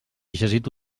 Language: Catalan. llegit